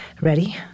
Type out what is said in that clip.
ready